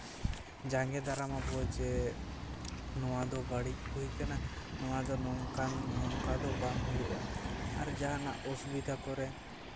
ᱡᱟᱸᱜᱮ ᱫᱟᱨᱟᱢᱟ ᱵᱚ ᱡᱮ ᱱᱚᱣᱟ ᱫᱚ ᱵᱟᱹᱲᱤᱡ ᱦᱩᱭ ᱠᱟᱱᱟ ᱱᱚᱣᱟ ᱫᱚ ᱱᱚᱝᱠᱟᱱ ᱱᱚᱝᱠᱟ ᱫᱚ ᱵᱟᱝ ᱦᱩᱭᱩᱜᱼᱟ ᱟᱨ ᱡᱟᱦᱟᱱᱟᱜ ᱚᱥᱩᱵᱤᱫᱟ ᱠᱚᱨᱮ